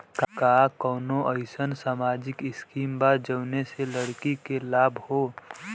का कौनौ अईसन सामाजिक स्किम बा जौने से लड़की के लाभ हो?